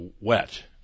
wet